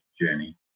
journey